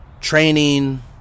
training